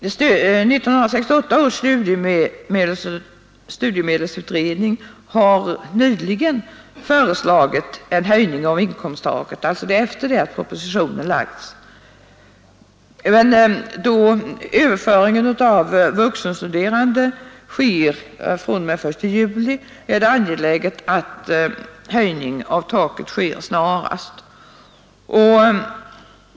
1968 års studiemedelsutredning har nyligen föreslagit en höjning av inkomsttaket, alltså efter det att propositionen lagts. Då överföringen av vuxenstuderande sker fr.o.m. den 1 juli i år är det angeläget att en höjning av taket sker snarast.